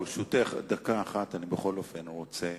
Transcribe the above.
ברשותך, אני בכל אופן רוצה